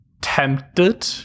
Tempted